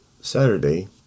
Saturday